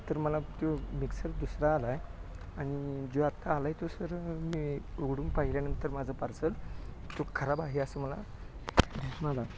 तर मला तो मिक्सर दुसरा आला आहे आणि जो आत्ता आला आहे तो सर मी उघडून पाहिल्यानंतर माझं पार्सल तो खराब आहे असं मला मला